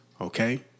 Okay